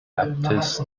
baptist